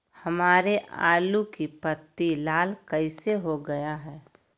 हमारे आलू की पत्ती लाल कैसे हो गया है?